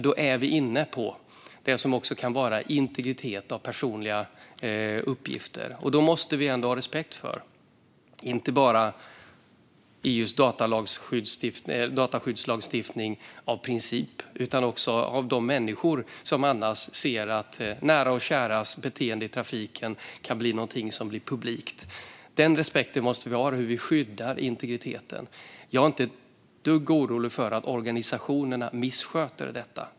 Då är vi inne på det som kan vara integritetskänsliga och personliga uppgifter, och det måste vi ha respekt för. Det handlar inte bara om dataskyddslagstiftning av princip utan också om de människor som annars ser att deras näras och käras beteende i trafiken kan bli publikt. Den respekten måste vi ha för hur vi skyddar integriteten. Jag är inte ett dugg orolig för att organisationerna missköter detta.